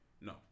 No